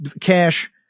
Cash